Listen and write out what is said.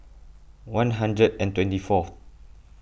one hundred and twenty fourth